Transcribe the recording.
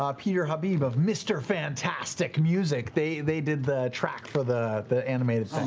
ah peter habib of mr. fantastic music. they they did the track for the the animated